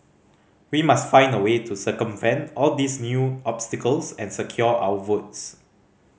we must find a way to circumvent all these new obstacles and secure our votes